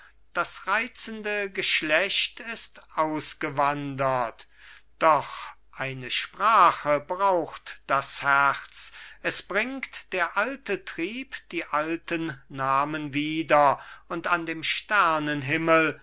das reizende geschlecht ist ausgewandert doch eine sprache braucht das herz es bringt der alte trieb die alten namen wieder und an dem